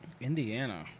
indiana